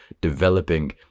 developing